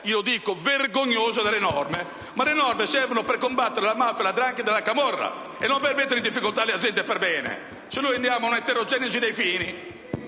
vergognosa delle norme. Le norme servono per combattere la mafia, la 'ndrangheta e la camorra, non per mettere in difficoltà le aziende perbene! Altrimenti andiamo ad una eterogenesi dei fini...